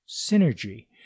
Synergy